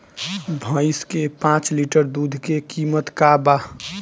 भईस के पांच लीटर दुध के कीमत का बा?